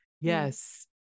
yes